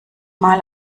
mal